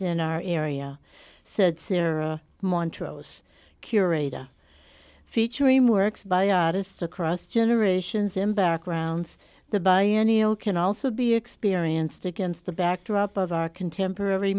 in our area said sarah montrose curator featuring works by artists across generations in backgrounds the bayani all can also be experienced against the backdrop of our contemporary